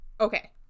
Okay